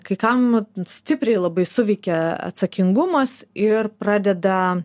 kai kam stipriai labai suveikia atsakingumas ir pradeda